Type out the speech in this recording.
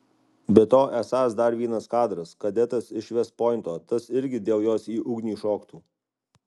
be to esąs dar vienas kadras kadetas iš vest pointo tas irgi dėl jos į ugnį šoktų